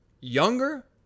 younger